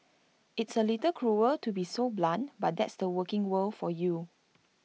it's A little cruel to be so blunt but that's the working world for you